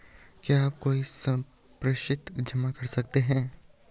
क्या आप कोई संपार्श्विक जमा कर सकते हैं?